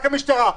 רק המשטרה.